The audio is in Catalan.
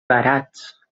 barats